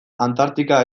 antartika